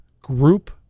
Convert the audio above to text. group